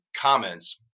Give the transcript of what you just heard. comments